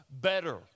better